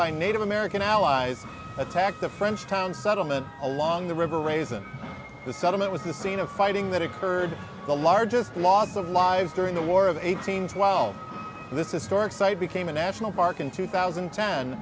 by native american allies attacked the french town settlement along the river raising the settlement was the scene of fighting that occurred the largest loss of lives during the war of eighteen twelve this is stork site became a national park in two thousand